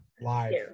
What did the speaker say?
live